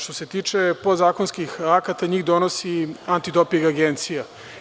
Što se tiče podzakonskih akata, njih donosi Antidoping agencija.